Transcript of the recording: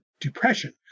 depression